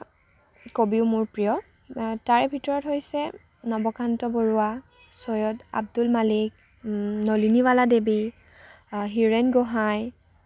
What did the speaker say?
কবিও মোৰ প্ৰিয় তাৰ ভিতৰত হৈছে নৱকান্ত বৰুৱা চৈয়দ আব্দুল মালিক নলিনীবালা দেৱী হিৰেণ গোহাঁই